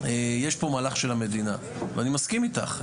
יש פה מהלך של המדינה ואני מסכים איתך,